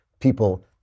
people